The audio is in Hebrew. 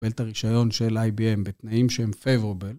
‫לקבל את הרישיון של IBM בתנאים שהם favourable.